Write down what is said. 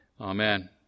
Amen